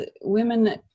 women